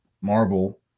Marvel